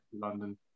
London